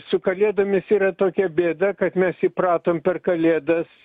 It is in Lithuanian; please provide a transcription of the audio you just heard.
su kalėdomis yra tokia bėda kad mes įpratom per kalėdas